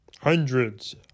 hundreds